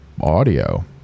Audio